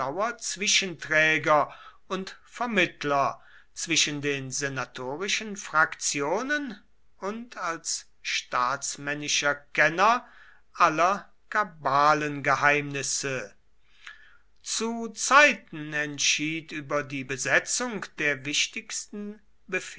zwischenträger und vermittler zwischen den senatorischen fraktionen und als staatsmännischer kenner aller kabalengeheimnisse zu zeiten entschied über die besetzung der wichtigsten